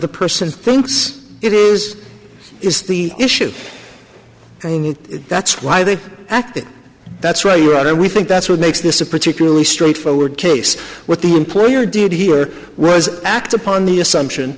the person thinks it is is the issue and that's why they act that's right we think that's what makes this a particularly straightforward case what the employer did here was act upon the assumption